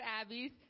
Abby's